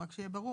רק שיהיה ברור,